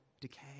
decay